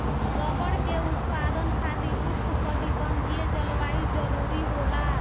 rubber के उत्पादन खातिर उष्णकटिबंधीय जलवायु जरुरी होला